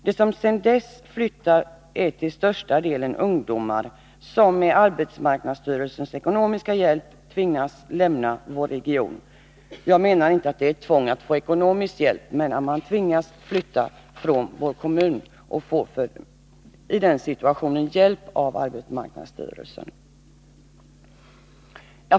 De som sedan dess flyttat är till största delen ungdomar, som med arbetsmarknadsstyrelsens ekonomiska hjälp tvingats lämna vår region. Jag menar inte att det är ett tvång att få ekonomisk hjälp utan att man tvingas att flytta från vår kommun och i den situationen får hjälp av arbetsmarknadsstyrelsen.